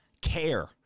care